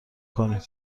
کنیم